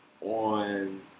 on